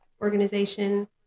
organization